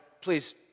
please